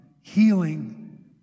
healing